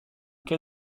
quai